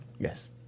Yes